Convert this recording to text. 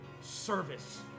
service